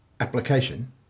application